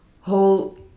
whole